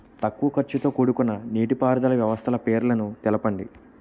తక్కువ ఖర్చుతో కూడుకున్న నీటిపారుదల వ్యవస్థల పేర్లను తెలపండి?